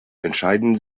entscheiden